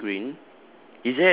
ya it's in green